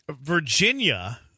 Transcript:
Virginia